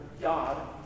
God